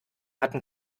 hatten